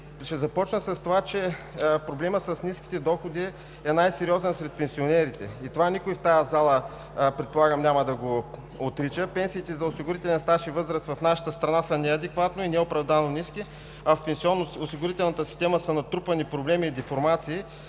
Ще започна с това, че проблемът с ниските доходи е най-сериозен сред пенсионерите. Предполагам, това никой в тази зала няма да го отрича. Пенсиите за осигурителен стаж и възраст в нашата страна са неадекватно и неоправдано ниски, а в пенсионноосигурителната система са натрупани проблеми и деформации,